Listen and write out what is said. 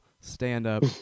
stand-up